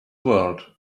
world